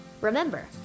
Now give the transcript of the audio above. Remember